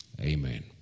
amen